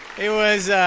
it was